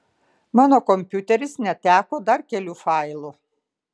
mano kompiuteris neteko dar kelių failų